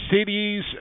Cities